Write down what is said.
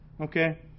okay